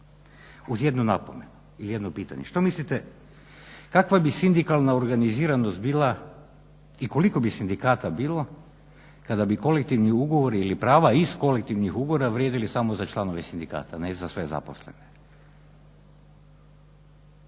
Uz jednu napomenu ili jedno pitanje, što mislite kakva bi sindikalna organiziranost bila i koliko bi sindikata bilo kada bi kolektivni ugovori ili prava iz kolektivnih ugovora vrijedili samo za članove sindikata ne za sve zaposlene?